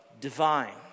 divine